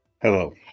Hello